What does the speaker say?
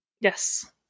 Yes